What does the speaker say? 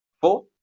four